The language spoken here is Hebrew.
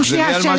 רגע.